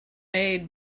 made